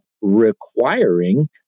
requiring